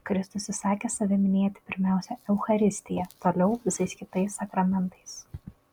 kristus įsakė save minėti pirmiausia eucharistija toliau visais kitais sakramentais